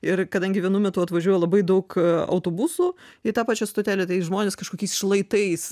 ir kadangi vienu metu atvažiuoja labai daug autobusų į tą pačią stotelę tai žmonės kažkokiais šlaitais